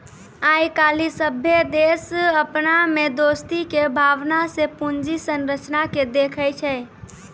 आइ काल्हि सभ्भे देश अपना मे दोस्ती के भावना से पूंजी संरचना के देखै छै